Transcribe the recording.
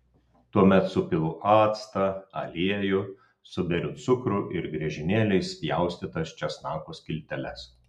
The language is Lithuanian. tuomet supilu actą aliejų suberiu cukrų ir griežinėliais pjaustytas česnako skilteles